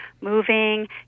moving